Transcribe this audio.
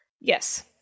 Yes